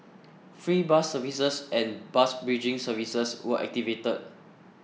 free bus services and bus bridging services were activated